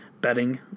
betting